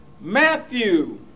Matthew